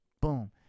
Boom